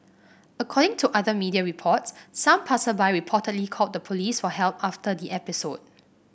according to other media reports some passersby reportedly called the police for help after the episode